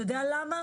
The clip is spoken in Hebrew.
אתה יודע למה?